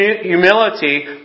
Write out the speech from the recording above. humility